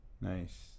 Nice